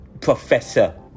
Professor